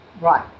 Right